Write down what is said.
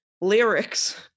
Lyrics